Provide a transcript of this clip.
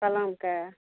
कलमके